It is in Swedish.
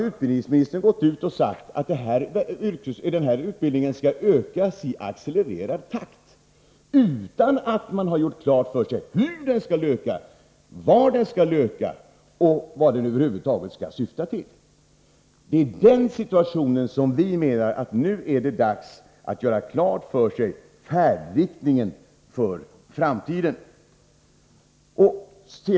Utbildningsministern har förklarat att denna utbildning skall öka i accelererad takt utan att man har gjort klart för sig hur den skall öka, var den skall öka och vad ökningen skall syfta till. Vi anser att det nu är dags att ange färdriktningen för framtiden.